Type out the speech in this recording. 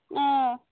آ